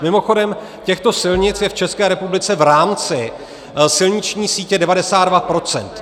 Mimochodem těchto silnic je v České republice v rámci silniční sítě 92 %.